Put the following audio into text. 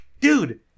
Dude